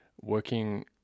working